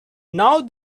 now